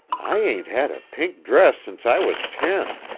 i ain't had a pink dress since i was ten!